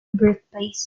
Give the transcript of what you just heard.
birthplace